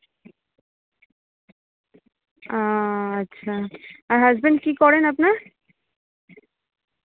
আচ্ছা আর হাসব্যান্ড কী করেন আপনার